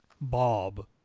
Bob